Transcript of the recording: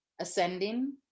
ascending